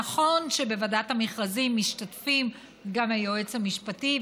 נכון שבוועדת המכרזים משתתפים גם היועץ המשפטי,